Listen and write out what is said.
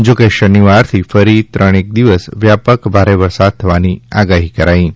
જોકે શનિવારથી ફરી ત્રણેક દિવસ વ્યાપક ભારે વરસાદ થવાની આગાહી કરાઈ છે